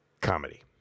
comedy